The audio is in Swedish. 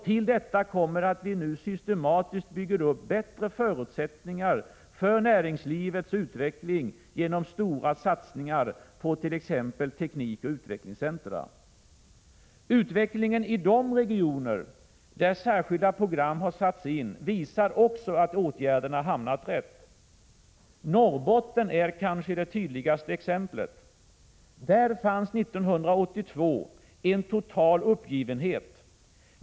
Till detta kommer att vi nu systematiskt bygger upp bättre förutsättningar för näringslivets utveckling genom stora satsningar på t.ex. teknikoch utvecklingscentra. Utvecklingen i de regioner där särskilda program satts in visar också att åtgärderna hamnat rätt. Norrbotten är kanske det tydligaste exemplet. Där fanns 1982 en total uppgivenhet.